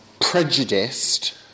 prejudiced